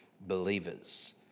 believers